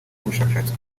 ubushashatsi